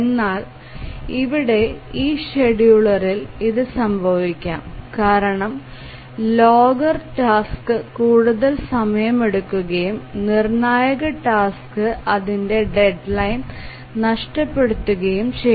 എന്നാൽ ഇവിടെ ഈ ഷെഡ്യൂളറിൽ ഇത് സംഭവിക്കാം കാരണം ലോഗർ ടാസ്ക് കൂടുതൽ സമയമെടുക്കുകയും നിർണായക ടാസ്ക് അതിന്റെ ഡെഡ്ലൈൻ നഷ്ടപ്പെടുത്തുകയും ചെയ്തു